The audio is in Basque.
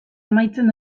amaitzen